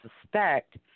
suspect